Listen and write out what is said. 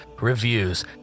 reviews